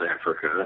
Africa